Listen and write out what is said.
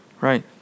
Right